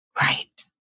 Right